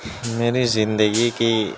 میں نے زندگی کی